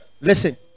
Listen